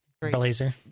Blazer